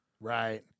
right